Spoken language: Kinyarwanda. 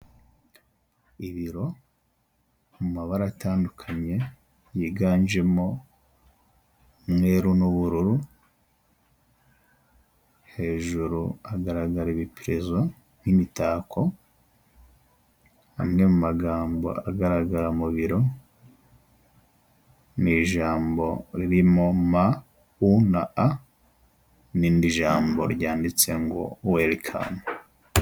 Ibiro amabara atandukanye yiganjemo umweru n'ubururu, hejuru hagaragara ibipurizo n'imitako, amwe mu magambo agaragara mu biro, ni ijambo ririmo ma u na a irindi ijambo ryanditse ngo werikamu.